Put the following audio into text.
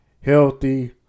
healthy